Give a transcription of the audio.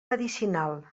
medicinal